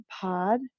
pod